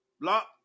Block